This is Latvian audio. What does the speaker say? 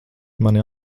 mani